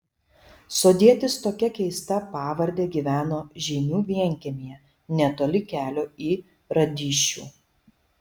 sodietis tokia keista pavarde gyveno žeimių vienkiemyje netoli kelio į radyščių